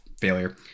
failure